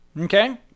Okay